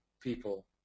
people